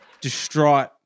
distraught